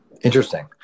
Interesting